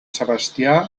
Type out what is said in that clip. sebastià